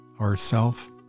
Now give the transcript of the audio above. ourself